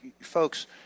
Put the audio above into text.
Folks